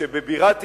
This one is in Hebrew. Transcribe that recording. שבבירת ישראל,